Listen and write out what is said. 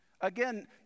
Again